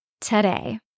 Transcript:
today